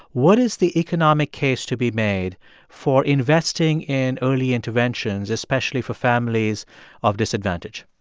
what is the economic case to be made for investing in early interventions especially for families of disadvantage?